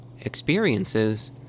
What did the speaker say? experiences